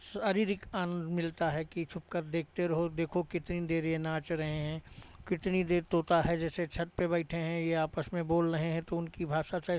शारीरिक आनंद मिलता है कि छुपकर देखते रहो देखो कितनी देर ये नाच रहे हैं कितनी देर तोता है जैसे छत पे बैठे हैं ये आपस में बोल रहे हैं तो उनकी भाषा से